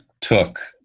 took